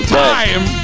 time